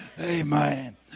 Amen